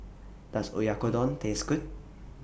Does Oyakodon Taste Good